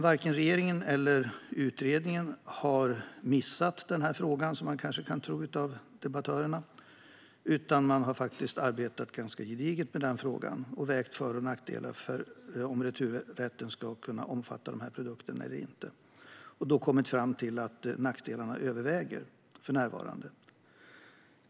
Varken regeringen eller utredningen har missat den frågan, som man kanske kan tro när man hör debattörerna, utan de gjort ett ganska gediget arbete med den. De har vägt för och nackdelar med att returrätten skulle omfatta dessa produkter och kommit fram till att nackdelarna för närvarande överväger.